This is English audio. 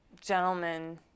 gentlemen